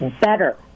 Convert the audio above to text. better